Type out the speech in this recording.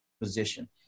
position